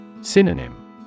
Synonym